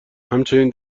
همچنین